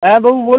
হ্যাঁ বাবু বলুন